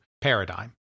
paradigm